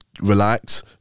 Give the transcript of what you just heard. relax